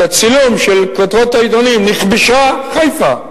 את הצילום של כותרות העיתונים: "נכבשה חיפה",